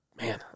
Man